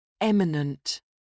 Eminent